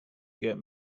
get